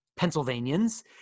Pennsylvanians